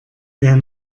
wer